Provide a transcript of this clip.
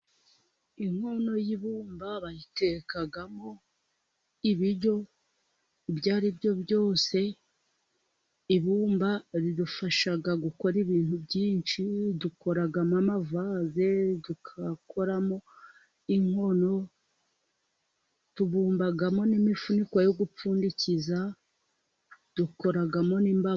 Inkono y'ibumba bayitekamo ibiryo ibyo aribyo byose, ibumba ridufasha gukora ibintu byinshi, dukoramo amavase, dukoramo inkono, tubumbamo n'imifuniko yo gupfundikiza, dukoramo n'imbabura.